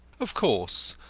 of course,